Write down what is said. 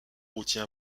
routier